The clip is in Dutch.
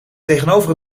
tegenover